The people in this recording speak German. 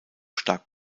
stark